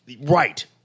Right